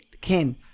Ken